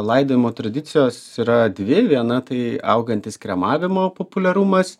laidojimo tradicijos yra dvi viena tai augantis kremavimo populiarumas